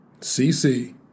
CC